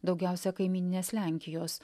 daugiausia kaimyninės lenkijos